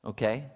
Okay